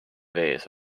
vees